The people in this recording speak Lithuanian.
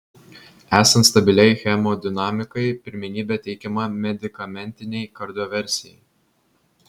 esant stabiliai hemodinamikai pirmenybė teikiama medikamentinei kardioversijai